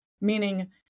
meaning